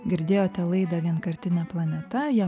girdėjote laidą vienkartinė planeta ją